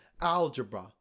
algebra